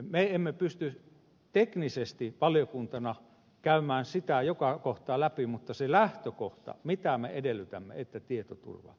me emme pysty teknisesti valiokuntana käymään joka kohtaa läpi mutta se lähtökohta mitä me edellytämme on että tietoturva on kunnossa